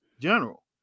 general